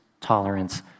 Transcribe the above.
tolerance